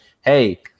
hey